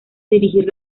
dirigir